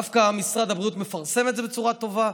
דווקא משרד הבריאות מפרסם את זה בצורה טובה.